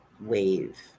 Wave